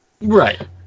Right